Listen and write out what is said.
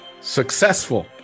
successful